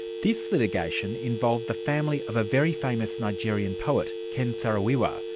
this litigation involved the family of a very famous nigerian poet, ken saro wiwa,